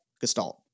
Gestalt